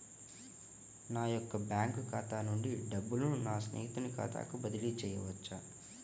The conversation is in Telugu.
నా యొక్క బ్యాంకు ఖాతా నుండి డబ్బులను నా స్నేహితుని ఖాతాకు బదిలీ చేయవచ్చా?